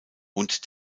und